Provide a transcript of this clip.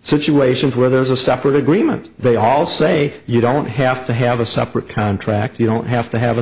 situations where there's a separate agreement they all say you don't have to have a separate contract you don't have to have a